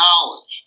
knowledge